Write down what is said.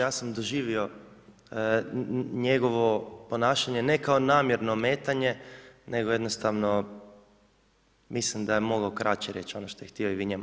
Ja sam doživio njegovo ponašanje ne kao namjerno ometanje, nego jednostavno mislim da je mogao kraće reći ono što je htio i vi njemu.